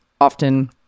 often